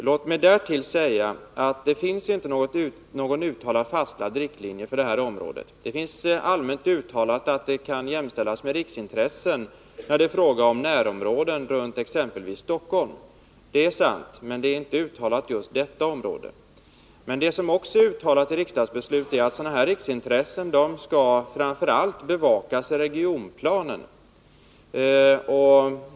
Låt mig därtill säga att det inte finns några uttalade fasta riktlinjer för detta område. Det finns ett allmänt uttalande att det kan jämställas med riksintressen när det är fråga om närområden runt exempelvis Stockholm — det är sant — men det är inte uttalat att det gäller just detta område. Men det som också är uttalat i riksdagsbeslut är att sådana här riksintressen framför allt skall bevakas i regionplanen.